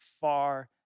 far